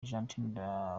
argentina